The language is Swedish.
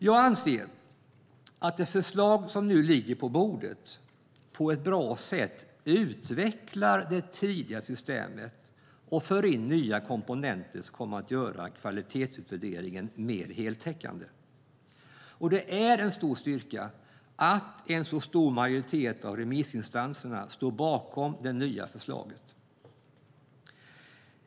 Jag anser att det förslag som nu ligger på bordet på ett bra sätt utvecklar det tidigare systemet och för in nya komponenter som kommer att göra kvalitetsutvärderingen mer heltäckande. Det är också en styrka att en så stor majoritet av remissinstanserna står bakom det nya förslaget.